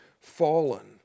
fallen